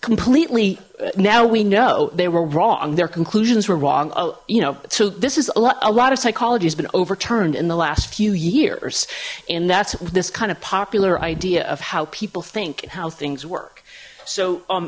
completely now we know they were wrong their conclusions were wrong you know so this is a lot of psychology has been overturned in the last few years and that's this kind of popular idea of how people think and how things work so um